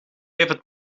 even